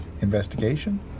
investigation